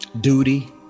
Duty